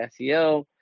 SEO